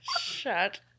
Shut